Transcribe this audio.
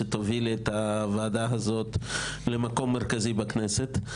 שתובילי את הוועדה הזאת למקום מרכזי בכנסת.